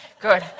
good